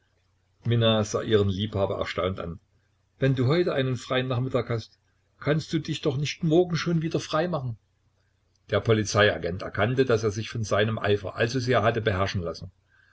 sah ihren liebhaber erstaunt an wenn du heute einen freien nachmittag hast kannst du dich doch nicht morgen schon wieder freimachen der polizeiagent erkannte daß er sich von seinem eifer allzu sehr hatte beherrschen lassen